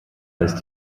ist